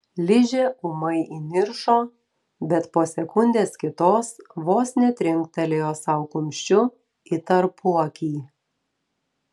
ližė ūmai įniršo bet po sekundės kitos vos netrinktelėjo sau kumščiu į tarpuakį